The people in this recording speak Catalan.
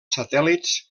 satèl·lits